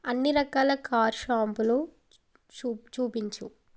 అన్ని రకాల కార్ షాంపులు చూప్ చూపించు